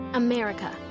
America